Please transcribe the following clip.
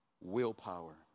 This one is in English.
willpower